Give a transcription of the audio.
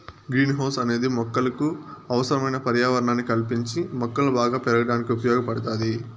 green house అనేది మొక్కలకు అవసరమైన పర్యావరణాన్ని కల్పించి మొక్కలు బాగా పెరగడానికి ఉపయోగ పడుతాది